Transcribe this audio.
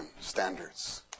standards